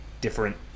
different